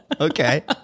Okay